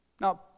Now